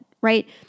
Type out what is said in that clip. right